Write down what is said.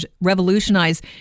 revolutionize